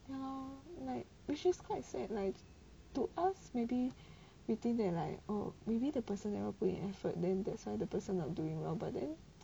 ya lor like which is quite sad leh to us maybe we think that like oh maybe the person never put in effort then that's why the person not doing well but then